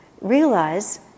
realize